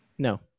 No